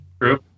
True